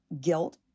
guilt